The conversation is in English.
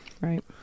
Right